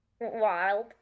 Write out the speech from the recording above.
wild